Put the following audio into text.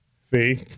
See